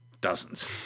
dozens